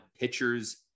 pitchers